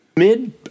Mid